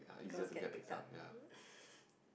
girls get picked up